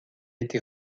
été